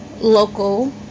local